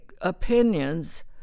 opinions